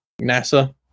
NASA